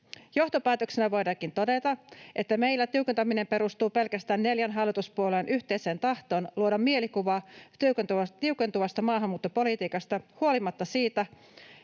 Johtopäätöksenä voidaankin todeta, että meillä tiukentaminen perustuu pelkästään neljän hallituspuolueen yhteiseen tahtoon luoda mielikuvaa tiukentuvasta maahanmuuttopolitiikasta huolimatta siitä, että